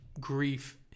grief